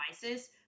devices